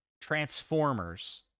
Transformers